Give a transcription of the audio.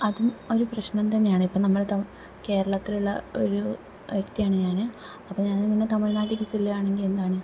അതും ഒരു പ്രശ്നം തന്നെയാണ് ഇപ്പം നമ്മള് കേരളത്തിലുള്ള ഒരു വ്യക്തിയാണ് ഞാന് അപ്പോൾ ഞാന് ഇങ്ങനെ തമിഴ്നാട്ടിലേക്ക് ചെല്ലുകയാണെങ്കിൽ എന്താണ്